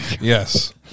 yes